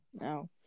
No